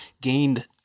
gained